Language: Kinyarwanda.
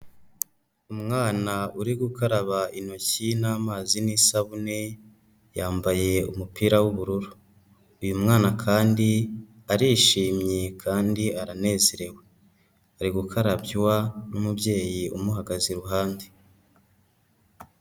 Umwana uri gukaraba intoki n'amazi n'isabune, yambaye umupira w'ubururu. Uyu mwana kandi arishimye kandi aranezerewe, ari gukarabywa n'umubyeyi umuhagaze iruhande.